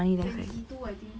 twenty two I think